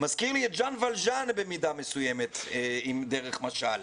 מזכיר לי במידה מסוימת את ז'אן ולז'אן, דרך משל.